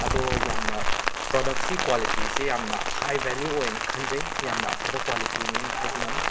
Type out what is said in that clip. ꯑꯗꯣ ꯌꯥꯝꯅ ꯄ꯭ꯔꯣꯗꯛꯁꯤ ꯀ꯭ꯋꯥꯂꯤꯇꯤꯁꯤ ꯌꯥꯝꯅ ꯍꯥꯏ ꯕꯦꯂ꯭ꯌꯨ ꯑꯣꯏꯅ ꯈꯟꯖꯩ ꯌꯥꯝꯅ ꯑꯐꯕ ꯀ꯭ꯋꯥꯂꯤꯇꯤꯅꯤꯅ ꯍꯥꯏꯖꯅꯤꯡꯏ